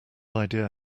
idea